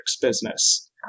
business